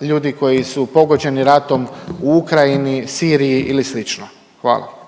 ljudi koji su pogođeni ratom u Ukrajini, Siriji ili slično. Hvala.